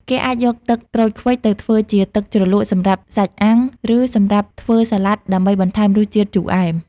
គេអាចយកទឹកក្រូចឃ្វិចទៅធ្វើជាទឹកជ្រលក់សម្រាប់សាច់អាំង ឬសម្រាប់ធ្វើសាឡាត់ដើម្បីបន្ថែមរសជាតិជូរអែម។